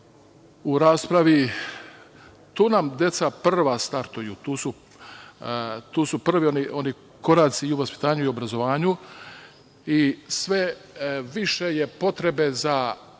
u raspravi. Tu nam deca prvo startuju. Tu su prvi oni koraci i u vaspitanju i obrazovanju, i sve više je potrebe za